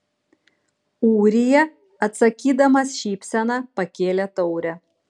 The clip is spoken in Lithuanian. ūrija atsakydamas šypsena pakėlė taurę